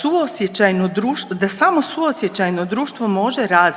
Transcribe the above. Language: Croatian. suosjećajno društvo, da